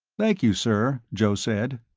thank you, sir, joe said.